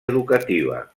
educativa